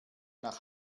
nach